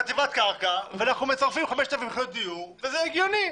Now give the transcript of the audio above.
חטיבת קרקע ואנחנו מצרפים 5,000 יחידות דיור וזה הגיוני,